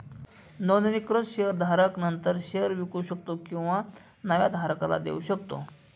नोंदणीकृत शेअर धारक नंतर शेअर विकू शकतो किंवा नव्या धारकाला देऊ शकतो